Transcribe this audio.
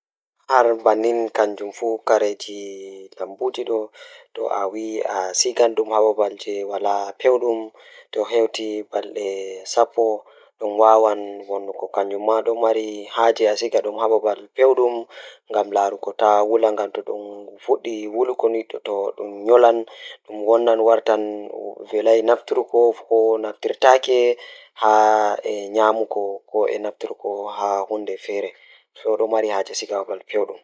Ko ɗumɗi waɗɗi, kayitugal keeri foti njammugo jowri lewruɗi so haje feere fi fiildeeji. Ko tokki ɓe ɗum neɗɗa ko feere fotaade e leyƴi, wi'aajo suufu e ɓe njama. So kayitugal ɗum njahi ɓe ɓuri laawol walla baɗɗum ngal.